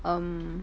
um